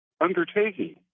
undertaking